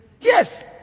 Yes